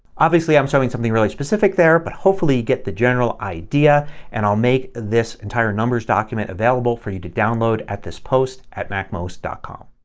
obviously i'm showing something really specific there but hopefully you get the general idea and i'll make this entire numbers document available for you to download at this post at macmost ah com.